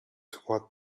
toward